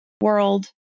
world